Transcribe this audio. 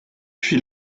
puis